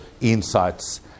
insights